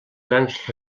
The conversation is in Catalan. grans